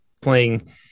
playing